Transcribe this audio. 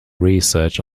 research